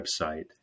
website